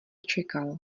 čekal